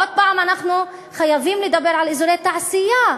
עוד פעם אנחנו חייבים לדבר על אזורי תעשייה,